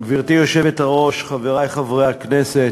גברתי היושבת-ראש, חברי חברי הכנסת,